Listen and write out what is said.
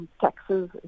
taxes